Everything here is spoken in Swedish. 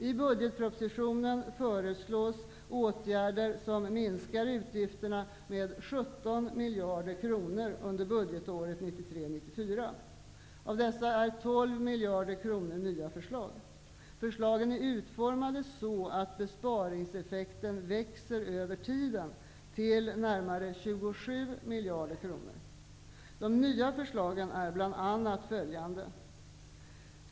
I budgetpropositionen föreslås åtgärder som minskar utgifterna med 17 miljarder kronor under budgetåret 1993/94. Av dessa är 12 miljarder kronor nya förslag. Förslagen är utformade så att besparingseffekten växer över tiden, till närmare 27 miljarder kronor. De nya förslagen är bl.a. följande.